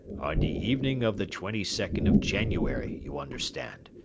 on the evening of the twenty second of january, you understand,